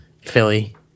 Philly